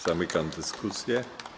Zamykam dyskusję.